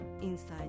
inside